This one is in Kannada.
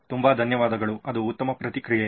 ತುಂಬಾ ಧನ್ಯವಾದಗಳು ಅದು ಉತ್ತಮ ಪ್ರತಿಕ್ರಿಯೆ